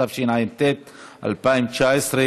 התשע"ט 2019,